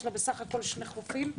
יש לה בסך הכול שני חופים.